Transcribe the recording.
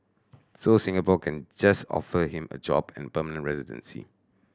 so Singapore can just offer him a job and permanent residency